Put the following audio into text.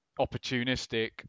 Opportunistic